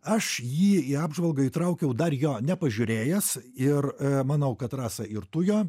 aš jį į apžvalgą įtraukiau dar jo nepažiūrėjęs ir manau kad rasa ir tu jo